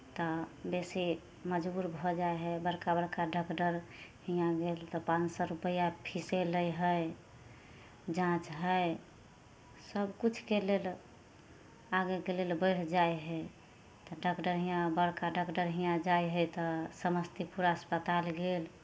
तऽ बेसी मजबूर भऽ जाइ हइ बड़का बड़का डागदर हियाँ गेल तऽ पाँच सए रुपैआ फीसे लए हइ जाँच हइ सभ किछुके लेल आगेके लेल बढ़ि जाइ हइ डागदर हियाँ बड़का डागदर हियाँ जाइ हइ तऽ समस्तीपुर अस्पताल गेल